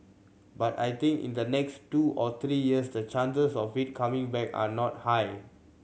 but I think in the next two or three years the chances of it coming back are not high